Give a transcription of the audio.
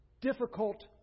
difficult